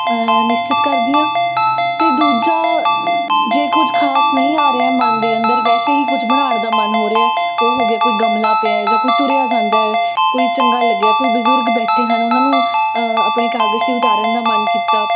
ਨਿਸ਼ਚਿਤ ਕਰਦੀ ਹਾਂ ਅਤੇ ਦੂਜਾ ਜੇ ਕੁਝ ਖਾਸ ਨਹੀਂ ਆ ਰਿਹਾ ਮਨ ਦੇ ਅੰਦਰ ਵੈਸੇ ਹੀ ਕੁਛ ਬਣਾਉਣ ਦਾ ਮਨ ਹੋ ਰਿਹਾ ਉਹ ਹੋ ਗਿਆ ਕੋਈ ਗਮਲਾ ਪਿਆ ਜਾ ਕੋਈ ਤੁਰਿਆ ਜਾਂਦਾ ਕੋਈ ਚੰਗਾ ਲੱਗਿਆ ਕੋਈ ਬਜ਼ੁਰਗ ਬੈਠੇ ਹਨ ਉਹਨਾਂ ਨੂੰ ਆਪਣੇ ਕਾਗਜ਼ 'ਤੇ ਉਤਾਰਨ ਦਾ ਮਨ ਕੀਤਾ